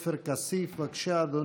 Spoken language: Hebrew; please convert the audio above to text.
חבר הכנסת עופר כסיף, בבקשה, אדוני.